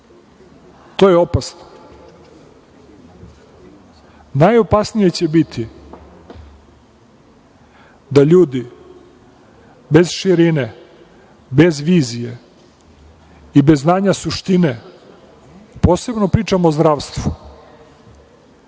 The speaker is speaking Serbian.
To je opasno. Najopasnije će biti da ljudi bez širine, bez vizije i bez znanja suštine, posebno pričam o zdravstvu,